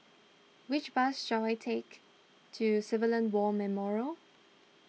which bus shall I take to Civilian War Memorial